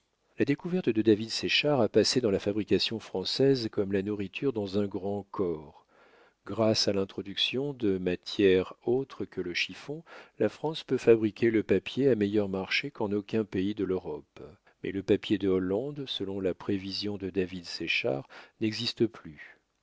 la découverte de david séchard a passé dans la fabrication française comme la nourriture dans un grand corps grâce à l'introduction de matières autres que le chiffon la france peut fabriquer le papier à meilleur marché qu'en aucun pays de l'europe mais le papier de hollande selon la prévision de david séchard n'existe plus